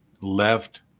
left